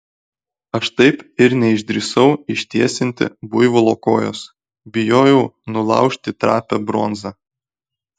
aš taip ir neišdrįsau ištiesinti buivolo kojos bijojau nulaužti trapią bronzą